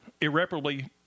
irreparably